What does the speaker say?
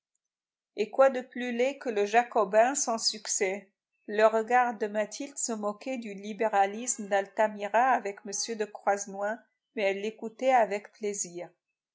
et quoi de plus laid que le jacobin sans succès le regard de mathilde se moquait du libéralisme d'altamira avec m de croisenois mais elle l'écoutait avec plaisir